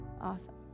Awesome